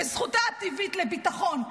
בזכותה הטבעית לביטחון,